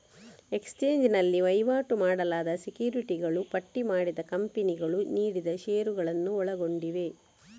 exchange ನಲ್ಲಿ ವಹಿವಾಟು ಮಾಡಲಾದ ಸೆಕ್ಯುರಿಟಿಗಳು ಪಟ್ಟಿ ಮಾಡಿದ ಕಂಪನಿಗಳು ನೀಡಿದ ಷೇರುಗಳನ್ನು ಒಳಗೊಂಡಿವೆ